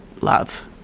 love